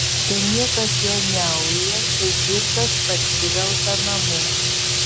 ten niekas jo neuja kai girtas parsivelka namo